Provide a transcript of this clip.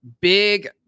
big